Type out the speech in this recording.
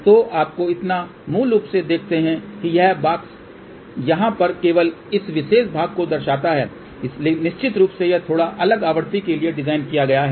तो आपको इतना मूल रूप से देते हैं कि यह बॉक्स यहाँ पर केवल इस विशेष भाग को दर्शाता है निश्चित रूप से यह थोड़ा अलग आवृत्ति के लिए डिज़ाइन किया गया है